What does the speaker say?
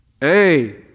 Hey